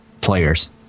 players